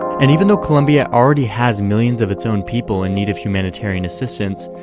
and even though colombia already has millions of its own people in need of humanitarian assistance,